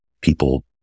people